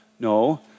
No